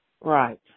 Right